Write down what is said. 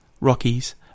Rockies